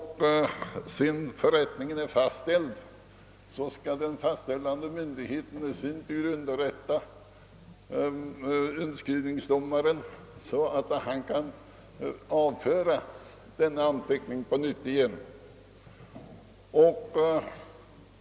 Sedan förrättningen är fastställd skall den fastställande myndigheten i sin tur underrätta inskrivningsdomaren, så att denne kan avföra ifrågavarande anteckning.